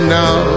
now